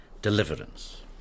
Deliverance